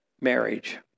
marriage